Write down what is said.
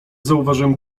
zauważyłem